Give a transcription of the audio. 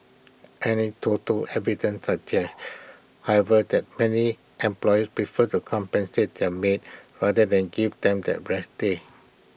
anecdotal evidence suggests however that many employers prefer to compensate their maids rather than give them that rest day